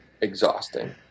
exhausting